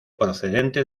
procedente